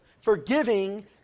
Forgiving